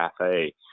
cafe